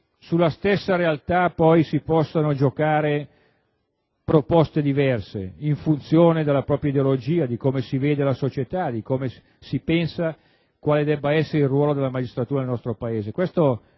sulla stessa realtà poi si possano giocare proposte diverse in funzione della propria ideologia, di come si vede la società, di quale si pensa debba essere il ruolo della magistratura nel nostro Paese.